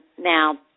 now